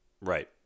Right